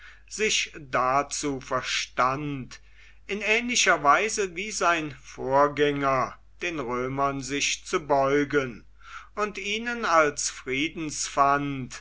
sich dazu verstand in ähnlicher weise wie sein vorgänger den römern sich zu beugen und ihnen als